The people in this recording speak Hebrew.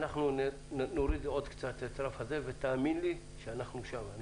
אנחנו נוריד עוד קצת את הרף, ותאמין לי שאנחנו שם.